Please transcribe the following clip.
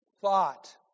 thought